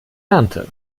ernte